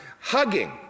hugging